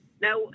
Now